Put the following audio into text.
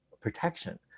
protection